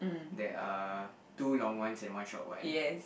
there are two long ones and one short one